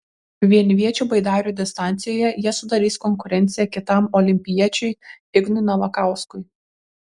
vienviečių baidarių distancijoje jie sudarys konkurenciją kitam olimpiečiui ignui navakauskui